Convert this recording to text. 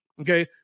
Okay